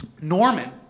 Norman